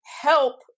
help